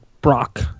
Brock